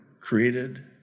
created